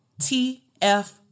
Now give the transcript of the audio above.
TF